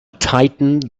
tightened